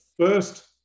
first